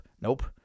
nope